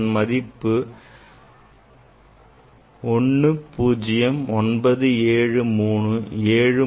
இதன் மதிப்பு 10973731